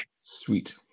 Sweet